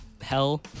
hell